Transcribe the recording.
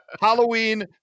Halloween